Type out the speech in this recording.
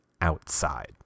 outside